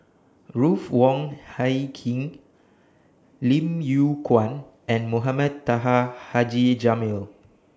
Ruth Wong Hie King Lim Yew Kuan and Mohamed Taha Haji Jamil